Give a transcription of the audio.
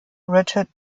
richard